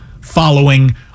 following